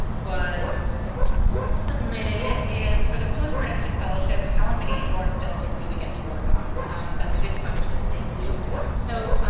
was submitted is for the post-production fellowship how many short films do we get to work on that's a good question thank you so